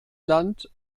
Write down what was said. land